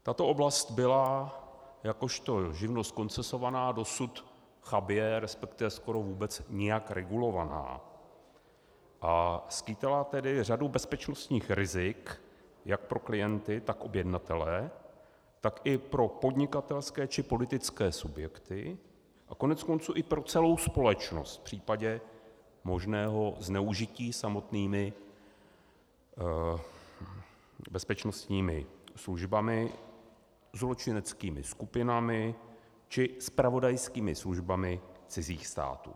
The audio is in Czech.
Tato oblast byla jakožto živnost koncesovaná dosud chabě, resp. skoro vůbec nijak regulovaná, a skýtala tedy řadu bezpečnostních rizik jak pro klienty, tak pro objednatele, tak i pro podnikatelské či politické subjekty a koneckonců i pro celou společnost v případě možného zneužití samotnými bezpečnostními službami, zločineckými skupinami či zpravodajskými službami cizích států.